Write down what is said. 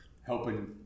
helping